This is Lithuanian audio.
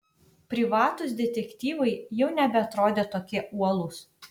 privatūs detektyvai jau nebeatrodė tokie uolūs